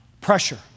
Pressure